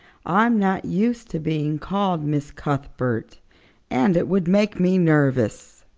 i'm not used to being called miss cuthbert and it would make me nervous.